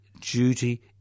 duty